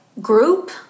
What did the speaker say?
group